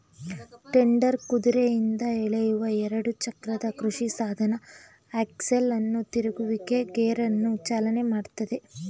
tedder ಕುದುರೆಯಿಂದ ಎಳೆಯುವ ಎರಡು ಚಕ್ರದ ಕೃಷಿಸಾಧನ ಆಕ್ಸೆಲ್ ಅನ್ನು ತಿರುಗುವಿಕೆ ಗೇರನ್ನು ಚಾಲನೆ ಮಾಡ್ತದೆ